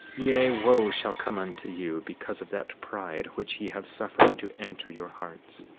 yea, wo shall come unto you because of that pride which ye have suffered to enter your hearts,